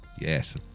Yes